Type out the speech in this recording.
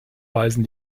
weisen